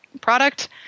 product